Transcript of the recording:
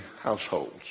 households